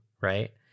Right